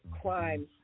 crimes